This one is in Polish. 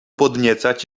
podniecać